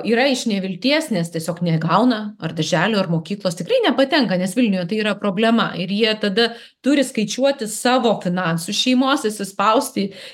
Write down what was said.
yra iš nevilties nes tiesiog negauna ar darželio ar mokyklos tikrai nepatenka nes vilniuje tai yra problema ir jie tada turi skaičiuoti savo finansus šeimos įsispausti